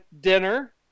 dinner